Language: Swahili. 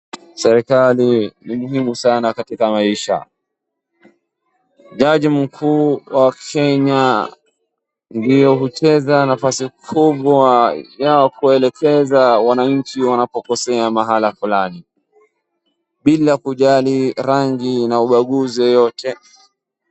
Serikali ni muhimu sana katika maisha, jaji mkuu wa Kenya ndio hucheza nafasi kubwa ya kuelekeza wanachi wanapokosea mahala fulani bila kujali rangi na ubaguzi yoyote.